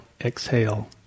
exhale